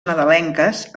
nadalenques